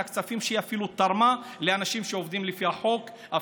הכספים שהיא תרמה לאנשים שעובדים לפי החוק,